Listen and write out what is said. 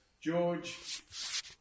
George